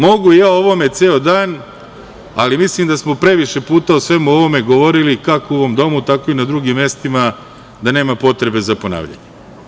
Mogu ja o ovome ceo dan, ali mislim da smo previše puta o svemu ovome govorili kako u ovom domu, tako i na drugim mestima, da nema potrebe za ponavljanjem.